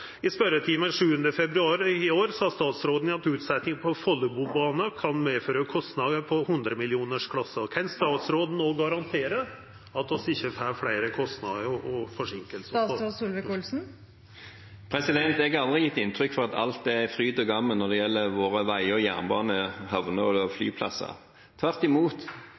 I spørjetimen den 7. februar i år sa statsråden at utsetjing på Follobanen kan medføra kostnader i 100-millionarkronersklassen. Kan statsråden no garantera at vi ikkje får fleire kostnader og forseinkingar? Jeg har aldri gitt inntrykk av at alt er fryd og gammen når det gjelder våre veier og jernbaner, havner og flyplasser. Tvert imot: